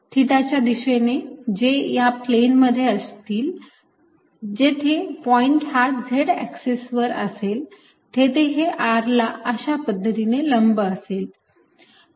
थिटाच्या दिशेने जे या प्लेन मध्ये असतील जेथे पॉईंट हा Z एक्सिस वर असेल तेथे हे r ला अशा पद्धतीने लंब असेल